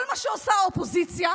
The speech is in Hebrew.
כל מה שעושה האופוזיציה,